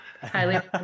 Highly